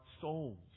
souls